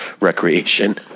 recreation